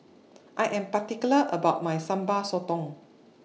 I Am particular about My Sambal Sotong